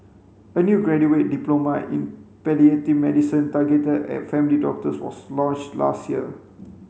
a new graduate diploma in palliative medicine targeted at family doctors was launched last year